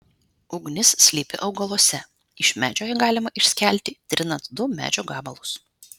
ugnis slypi augaluose iš medžio ją galima išskelti trinant du medžio gabalus